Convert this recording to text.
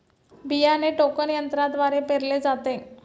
बियाणे टोकन यंत्रद्वारे पेरले जाते